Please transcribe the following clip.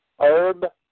herb